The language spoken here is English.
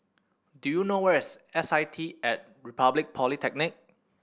do you know where is S I T At Republic Polytechnic